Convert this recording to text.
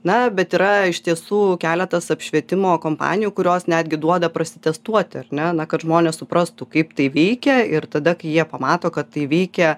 na bet yra iš tiesų keletas apšvietimo kompanijų kurios netgi duoda prasi testuoti ar ne na kad žmonės suprastų kaip tai veikia ir tada kai jie pamato kad tai įvykę